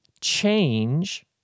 change